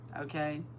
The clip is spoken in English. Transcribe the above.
Okay